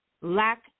lack